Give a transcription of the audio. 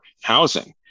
housing